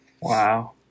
Wow